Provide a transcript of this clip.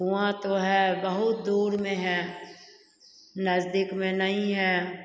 कुआँ तो है बहुत दूर में है नजदीक में नहीं है